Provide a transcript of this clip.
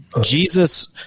Jesus